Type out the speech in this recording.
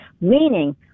meaning